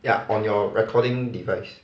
ya on your recording device